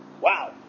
Wow